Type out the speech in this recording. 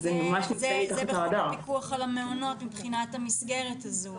זה בחוק פיקוח על המעונות מבחינת המסגרת הזאת.